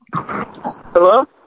Hello